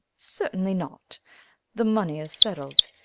certainly not the money is settled.